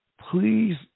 Please